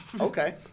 Okay